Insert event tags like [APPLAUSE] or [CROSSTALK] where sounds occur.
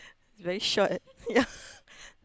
it's very short yeah [LAUGHS]